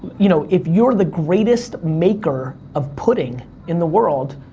you know, if you're the greatest maker of putting in the world,